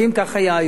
כך היה היום.